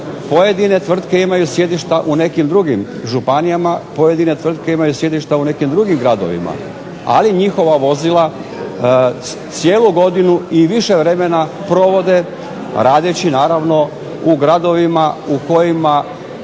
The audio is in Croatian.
pojedine tvrtke imaju sjedišta u nekim drugim županijama, pojedine tvrtke imaju sjedišta u nekim drugim gradovima. Ali, njihova vozila cijelu godinu i više vremena provode radeći naravno u gradovima u kojima